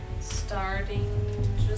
starting